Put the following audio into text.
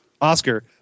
Oscar